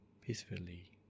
peacefully